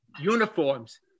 uniforms